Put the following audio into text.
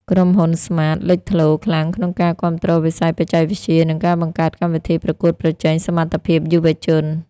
ក្រុមហ៊ុន ស្មាត (Smart) លេចធ្លោខ្លាំងក្នុងការគាំទ្រវិស័យបច្ចេកវិទ្យា និងការបង្កើតកម្មវិធីប្រកួតប្រជែងសមត្ថភាពយុវជន។